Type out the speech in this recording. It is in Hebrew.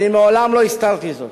אני מעולם לא הסתרתי זאת,